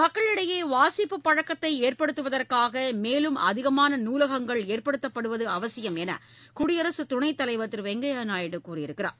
மக்களிடையே வாசிப்புப் பழக்கத்தை ஏற்படுத்துவதற்காக மேலும் அதிகமான நூலகங்கள் ஏற்படுத்தப்படுவது அவசியம் என்று குடியரசு துணைத் தலைவர் வெங்கையா திரு நாயுடு கூறியிருக்கிறார்